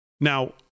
Now